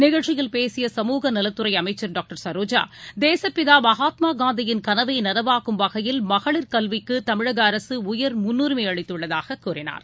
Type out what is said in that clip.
நிகழ்ச்சியில் பேசிய சமூக நலத்துறைஅமைச்சர் டாக்டர் சரோஜா தேசப்பிதாமகாத்மாகாந்தியின் களவைநளவாக்கும் வகையில் மகளிர் கல்விக்குதமிழகஅரகூயர் முன்னுரிஸ்அளித்துள்ளதாககூறினார்